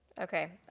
Okay